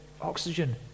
Oxygen